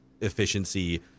efficiency